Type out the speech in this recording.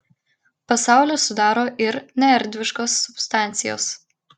pasaulį sudaro ir neerdviškos substancijos